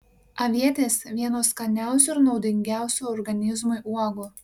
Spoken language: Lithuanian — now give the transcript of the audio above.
avietės vienos skaniausių ir naudingiausių organizmui uogų